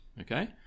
Okay